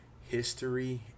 history